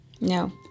No